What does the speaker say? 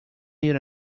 need